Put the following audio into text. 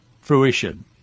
fruition